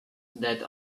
that